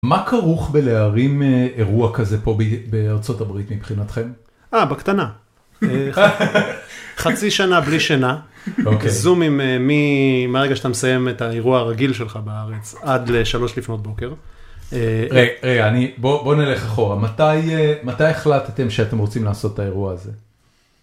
מה כרוך בלהרים אירוע כזה פה בארצות הברית מבחינתכם? אה, בקטנה. חצי שנה בלי שינה. זומים מהרגע שאתה מסיים את האירוע הרגיל שלך בארץ עד שלוש לפנות בוקר. בואו נלך אחורה, מתי החלטתם שאתם רוצים לעשות את האירוע הזה?